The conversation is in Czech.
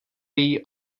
její